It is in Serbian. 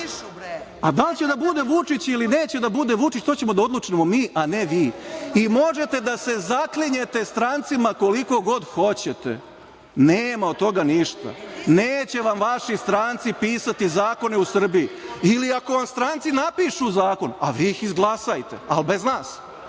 Da li će da bude Vučić ili neće da bude Vučić, to ćemo da odlučimo mi, a ne vi. Možete da se8/3 JJ/IRzaklinjete strancima koliko god hoćete, nema od toga ništa, neće vam vaši stranci pisati zakone u Srbiji. Ili ako vam stranci napišu zakon, a vi ih izglasajte, ali bez nas,